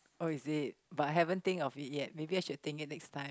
oh is it but I haven't think of it yet maybe I should think it next time